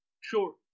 Sure